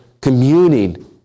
communing